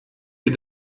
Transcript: ihr